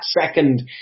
second